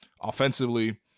offensively